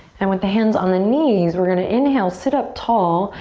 and with the hands on the knees, we're gonna inhale, sit up tall,